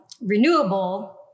renewable